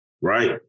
right